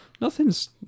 nothing's